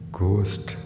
ghost